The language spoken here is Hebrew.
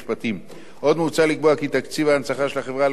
עוד מוצע לקבוע כי תקציב ההנצחה של החברה לא יעלה על 4%